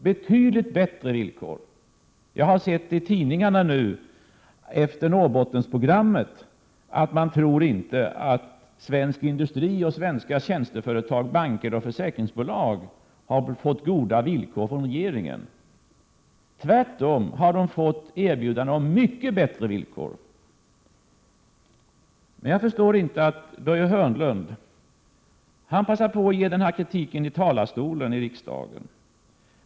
Jag har nu sett i tidningarna, efter Norrbottensprogrammet, att man Inte tror att svensk industri och svenska tjänsteföretag — banker och försäkringsbolag — har fått goda villkor från regeringen. De har tvärtom fått erbjudande om mycket bättre villkor. Börje Hörnlund passar på att ge kritik i riksdagens talarstol.